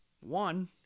One